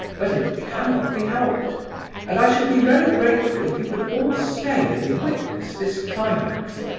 but it cannot be helped and i should be very grateful if you could all stay and witness this climax.